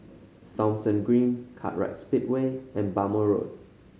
Thomson Green Kartright Speedway and Bhamo Road